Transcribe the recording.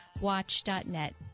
watch.net